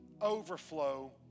overflow